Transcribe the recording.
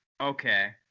okay